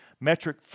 Metric